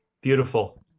Beautiful